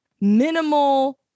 minimal